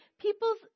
people's